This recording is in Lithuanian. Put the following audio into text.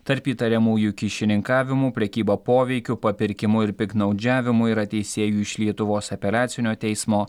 tarp įtariamųjų kyšininkavimu prekyba poveikiu papirkimu ir piktnaudžiavimu yra teisėjų iš lietuvos apeliacinio teismo